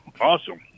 Awesome